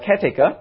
caretaker